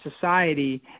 society